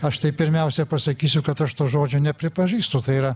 aš tai pirmiausia pasakysiu kad aš to žodžio nepripažįstu tai yra